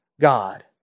God